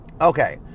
Okay